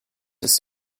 ist